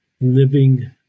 living